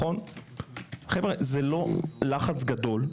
זה לא לחץ גדול,